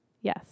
Yes